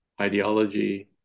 ideology